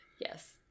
Yes